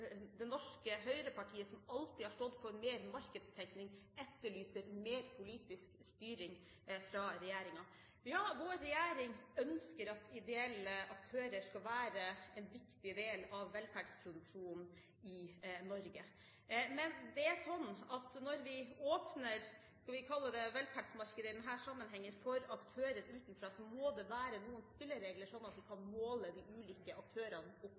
det norske Høyre, som alltid har stått for mer markedstenkning, etterlyser mer politisk styring fra regjeringen. Ja, vår regjering ønsker at ideelle aktører skal være en viktig del av velferdsproduksjonen i Norge. Men når vi åpner for aktører utenfra det vi kan kalle velferdsmarkedet i denne sammenhengen, må det være noen spilleregler sånn at vi kan måle de ulike aktørene opp